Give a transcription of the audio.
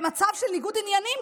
רוצים להרוס את בית המשפט העליון.